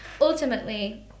ultimately